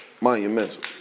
monumental